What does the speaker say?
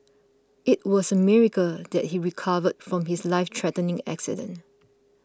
it was a miracle that he recovered from his life threatening accident